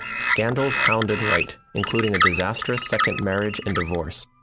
scandals hounded wright including a disastrous second marriage and divorce.